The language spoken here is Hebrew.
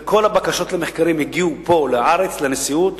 וכל הבקשות למחקרים יגיעו פה, לארץ, לנשיאות.